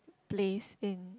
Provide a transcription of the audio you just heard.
place in